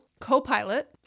Copilot